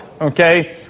Okay